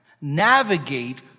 navigate